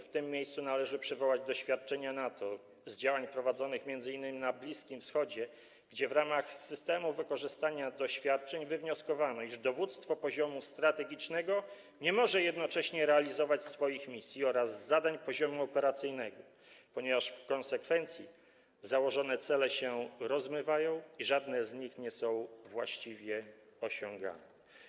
W tym miejscu należy przywołać doświadczenia NATO z działań prowadzonych m.in. na Bliskim Wschodzie, gdzie w ramach systemu wykorzystania doświadczeń wywnioskowano, iż dowództwo poziomu strategicznego nie może jednocześnie realizować swoich misji oraz zadań poziomu operacyjnego, ponieważ w konsekwencji założone cele się rozmywają i żadne z nich nie są właściwie osiągane.